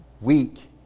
weak